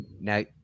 now